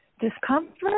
discomfort